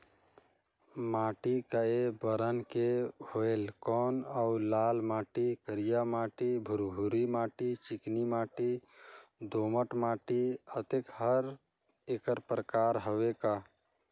माटी कये बरन के होयल कौन अउ लाल माटी, करिया माटी, भुरभुरी माटी, चिकनी माटी, दोमट माटी, अतेक हर एकर प्रकार हवे का?